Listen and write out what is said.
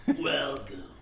Welcome